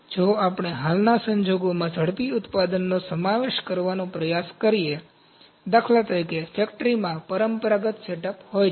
જો આપણે હાલના સંજોગોમાં ઝડપી ઉત્પાદનનો સમાવેશ કરવાનો પ્રયાસ કરીએ દાખલા તરીકે ફેક્ટરીમાં પરંપરાગત સેટઅપ હોય છે